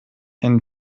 and